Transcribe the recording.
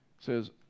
says